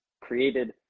created